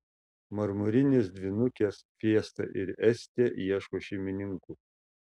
marmurinės dvynukės fiesta ir estė ieško šeimininkų